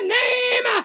name